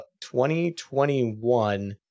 2021